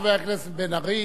חבר הכנסת בן-ארי.